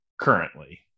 currently